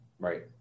Right